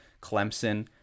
Clemson